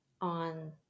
on